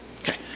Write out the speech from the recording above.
Okay